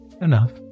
Enough